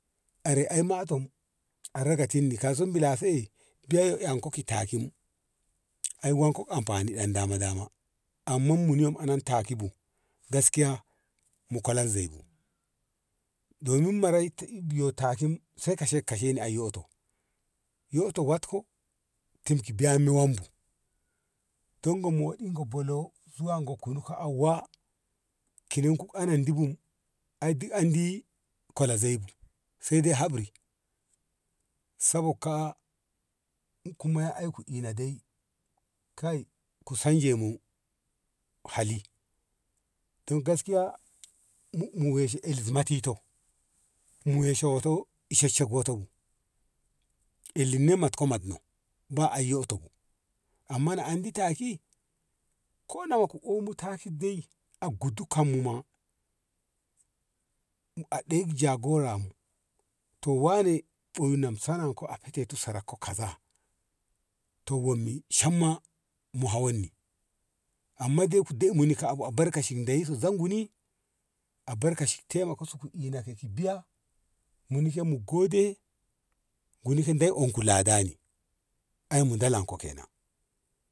Are ai ma tom arera kattin ni kai son bila se biyyan anko ka takim ai wanko ka amfani ɗan dama dama amma muni yom anan taki bu gaskiya mu kolan zeibu domin mara yo takim sai kace kasheni ai yoto yoto watko tim ki yam wam bu tongo moɗi go bolo zuwa ga kunu ka auwa kinin ku anin di bu ai dukandi kole zei bu sei dei hapri sabogka kuma aiku ina dai kai ku sanje mu hali don gaskiyya mu weshe eili motito mu weshe woto shek shek woto bu elin ne motka matno ba ai yoto bu amma yyo andi taki ko yyu omu taki dai gu dukan mu ma mu ag ɗe jagora mu to wane oyimmu a fete saran ko a kaza to wommi samma mu hawan ni amma ku dai muni ka e bu albarkaci da i zanguni albarkaci ku se ku biya muni ke mu gode guni ke anku lada ni ai mu ndalan ko kenan.